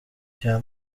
bya